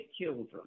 children